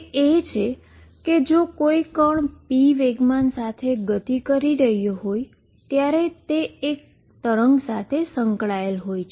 તે એ છે કે જો કોઈ પાર્ટીકલ p મોમેન્ટમ સાથે મુવીંગ કરી રહ્યો હોય ત્યારે તે એક વેવ સાથે સંકળાયેલ હોય છે